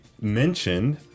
mentioned